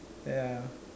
ya